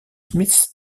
smith